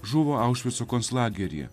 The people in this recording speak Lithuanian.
žuvo aušvico konclageryje